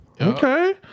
Okay